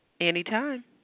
Anytime